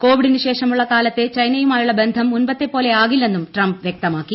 കോവിഡിനുശേഷമുള്ള കാലത്തെ ചൈനയുമായുള്ള ബന്ധം മുൻപത്തെ പോലെയാകില്ലെന്നും ട്രംപ് വ്യക്തമാക്കി